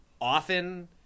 often